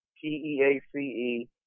P-E-A-C-E